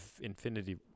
Infinity